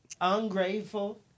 ungrateful